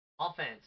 offense